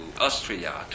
Austria